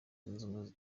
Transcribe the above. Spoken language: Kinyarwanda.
y’ubumwe